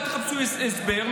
אל תחפשו הסבר,